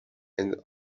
and